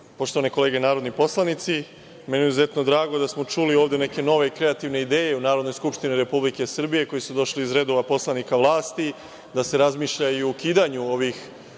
poštovani narodni poslanici, meni je izuzetno drago da smo čuli ovde neke nove kreativne ideje u Narodnoj skupštini Republike Srbije koje su došle iz redova poslanika vlasti, da se razmišlja i o ukidanju ovih